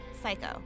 Psycho